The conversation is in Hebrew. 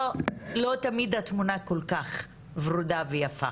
לא תמיד התמונה כל כך ורודה ויפה,